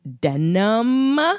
denim